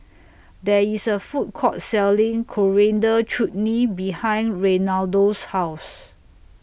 There IS A Food Court Selling Coriander Chutney behind Reinaldo's House